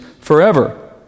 forever